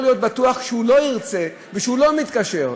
להיות בטוח כשהוא לא ירצה וכשהוא לא יתקשר.